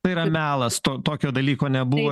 tai yra melas to tokio dalyko nebuvo